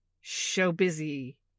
show-busy